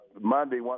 Monday